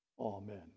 amen